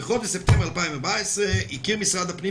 "בחודש ספטמבר 2014 הכיר משרד הפנים